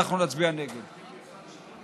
אנחנו מציעים גם,